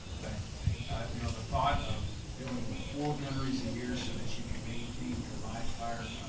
but you know the thought of doing four gunneries a year so that you can maintain your live-fire